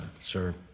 sir